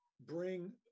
bring